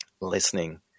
listening